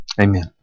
Amen